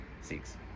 Six